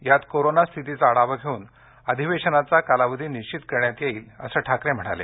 यात कोरोना स्थितीचा आढावा घेऊन अधिवेशनाचा कालावधी निश्वित करण्यात येईल असं ठाकरे म्हणाले